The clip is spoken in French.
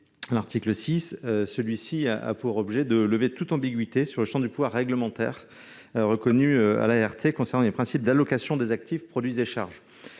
n° 7 rectifié a pour objet de lever toute ambiguïté sur le champ du pouvoir réglementaire reconnu à l'ART concernant les principes d'allocation des actifs, produits et charges.